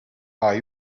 are